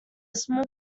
small